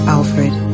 Alfred